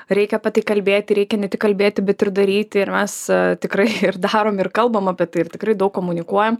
reikia apie tai kalbėti reikia ne tik kalbėti bet ir daryti ir mes tikrai ir darom ir kalbam apie tai ir tikrai daug komunikuojam